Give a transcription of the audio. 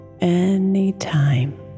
anytime